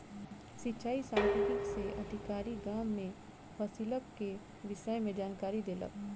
सिचाई सांख्यिकी से अधिकारी, गाम में फसिलक के विषय में जानकारी देलक